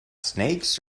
snakes